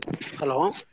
Hello